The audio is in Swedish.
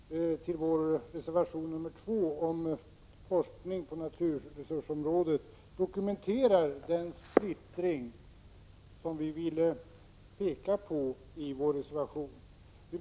Fru talman! Den uppräkning som Grethe Lundblad gjorde som kommentar till vår reservation 2 om forskning på naturresursområdet dokumenterar den splittring som vi påpekade i vår reservation 2.